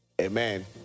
Amen